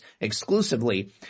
exclusively